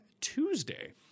Tuesday